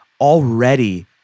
already